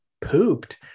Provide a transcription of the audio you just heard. pooped